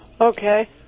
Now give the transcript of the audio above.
Okay